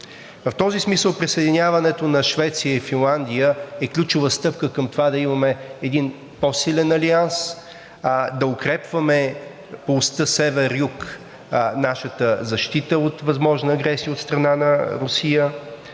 В този смисъл присъединяването на Швеция и Финландия е ключова стъпка към това да имаме един по-силен Алианс, да укрепваме оста север-юг и нашата защита от възможна агресия от страна на Русия,